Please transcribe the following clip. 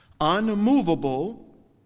unmovable